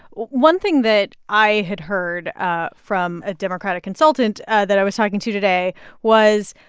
one thing that i had heard ah from a democratic consultant that i was talking to today was,